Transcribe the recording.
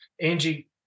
Angie